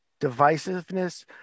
divisiveness